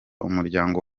umuryango